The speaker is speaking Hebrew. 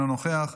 אינו נוכח,